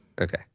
Okay